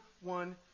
one